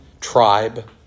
tribe